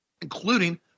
including –